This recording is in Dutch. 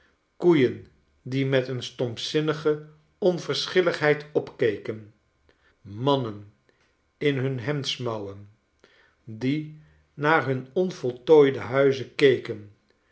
koeien die met een stompzinnigeonverschilligheidopkeken mannen in hun hemdsmouwen die naar hun onvoltooide huizen keken